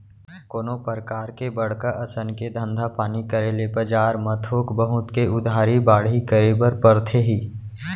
कोनो परकार के बड़का असन के धंधा पानी करे ले बजार म थोक बहुत के उधारी बाड़ही करे बर परथे ही